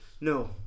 No